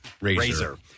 Razor